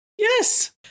Yes